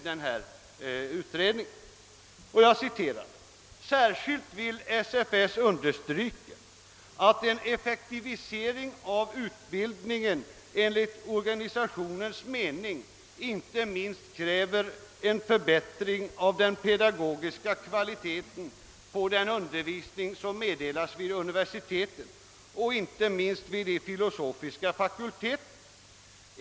Det heter där bl.a.: » Särskilt vill SFS understryka, att en effektivisering av utbildningen enligt organisationens mening inte minst kräver en förbättring av den pedagogiska kvaliteten på den undervisning som meddelas vid universiteten, och inte minst vid de filosofiska fakulteterna.